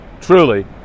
truly